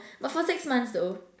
but for six months though